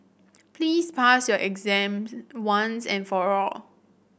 please pass your exam once and for all